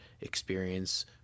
experience